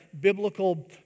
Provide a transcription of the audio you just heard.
biblical